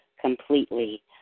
completely